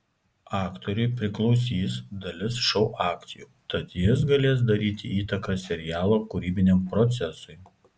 aktoriui priklausys dalis šou akcijų tad jis galės daryti įtaką serialo kūrybiniam procesui